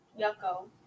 Yucko